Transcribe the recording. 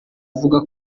kivuga